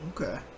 Okay